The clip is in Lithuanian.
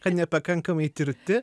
kad nepakankamai tirti